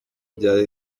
bya